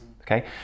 okay